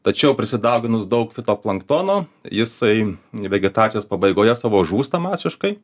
tačiau prisidauginus daug fitoplanktono jisai vegetacijos pabaigoje savo žūsta masiškai